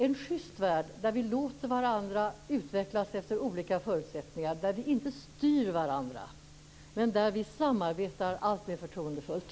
En schyst värld där vi låter varandra utvecklas efter olika förutsättningar, där vi inte styr varandra men där vi samarbetar alltmer förtroendefullt.